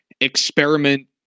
experiment